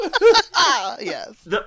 Yes